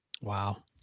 Wow